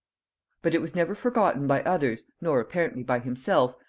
but it was never forgotten by others, nor apparently by himself,